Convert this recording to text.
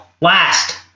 Last